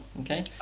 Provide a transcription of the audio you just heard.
Okay